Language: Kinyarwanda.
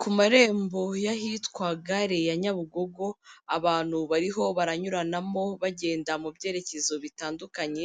Ku marembo y'ahitwa gare ya Nyabugogo, abantu bariho baranyuranamo bagenda mu byerekezo bitandukanye